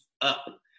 up